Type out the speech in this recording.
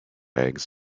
eggs